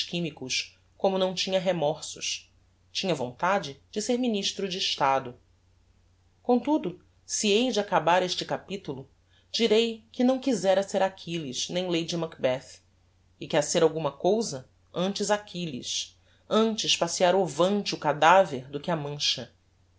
chimicos como não tinha remorsos tinha vontade de ser ministro de estado comtudo se hei de acabar este capitulo direi que não quizera ser achilles nem lady macbeth e que a ser alguma cousa antes achilles antes passear ovante o cadaver do que a mancha